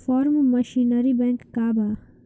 Form machinery bank का बा?